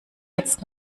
jetzt